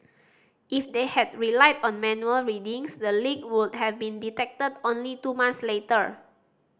if they had relied on manual readings the leak would have been detected only two months later